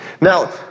Now